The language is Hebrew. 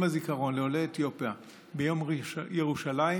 הזיכרון לעולי אתיופיה ביום ירושלים,